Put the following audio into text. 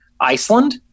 Iceland